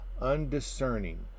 undiscerning